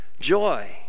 Joy